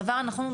הדבר הנכון,